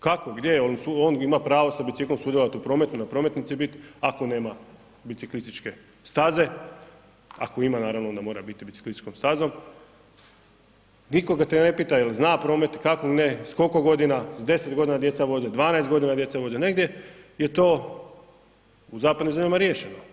Kako, gdje, on ima pravo sa biciklom sudjelovati u prometu na prometnici bit, ako nema biciklističke staze, ako ima, naravno, onda mora biciklističkom stazom, nikoga te ne pita je li zna promet, kako s koliko godina, s 10 godina djeca voze, s 12 godina djeca voze, negdje je to u zapadnim zemljama riješeno.